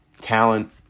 talent